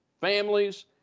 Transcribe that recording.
families